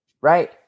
right